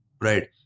right